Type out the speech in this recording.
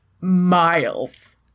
Miles